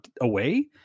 away